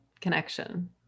connection